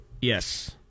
Yes